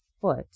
foot